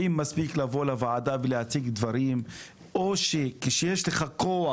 האם מספיק לבוא לוועדה ולהציג דברים או שכשיש לך כוח